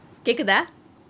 கேக்குதா:kekuthaa